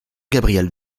gabriel